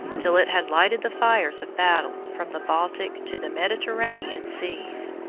till it had lighted the fires of battle from the baltic to the mediterranean seas.